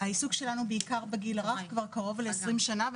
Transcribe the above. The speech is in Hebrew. העיסוק שלנו בעיקר בגיל הרך כבר קרוב ל-20 שנה,